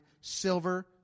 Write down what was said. silver